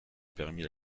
permis